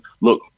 look